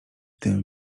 tym